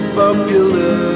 popular